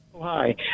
Hi